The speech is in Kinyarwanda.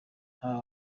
abo